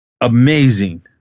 amazing